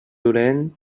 dolent